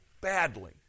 badly